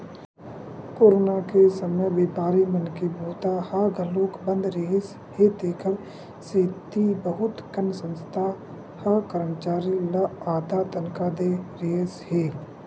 corona के समे बेपारी मन के बूता ह घलोक बंद रिहिस हे तेखर सेती बहुत कन संस्था ह करमचारी ल आधा तनखा दे रिहिस हे